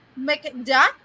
McDuck